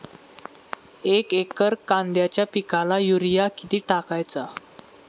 एक एकर कांद्याच्या पिकाला युरिया किती टाकायचा?